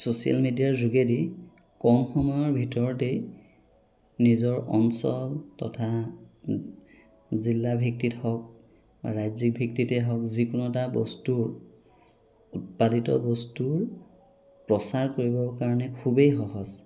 social মেডিয়াৰ যোগেদি কম সময়ৰ ভিতৰতেই নিজৰ অঞ্চল তথা জিলা ভিত্তিত হওক বা ৰাজ্যিক ভিত্তিতেই হওক কোনো এটা বস্তুৰ উৎপাদিত বস্তুৰ প্ৰচাৰ কৰিবৰ কাৰণে খুবেই সহজ